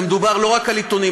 ומדובר לא רק על עיתונים,